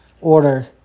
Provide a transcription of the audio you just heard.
order